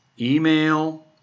email